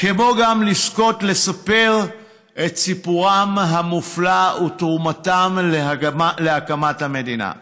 כמו גם לזכות לספר את סיפורם המופלא על תרומתם להקמת המדינה.